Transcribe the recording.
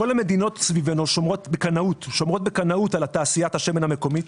כל המדינות סביבנו שומרות בקנאות על תעשיית השמן המקומית,